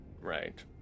Right